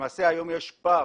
למעשה היום יש פער